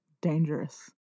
dangerous